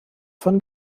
von